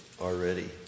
already